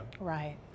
Right